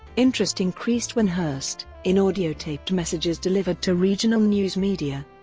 interest increased when hearst, in audiotaped messages delivered to regional news media,